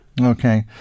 Okay